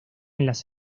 las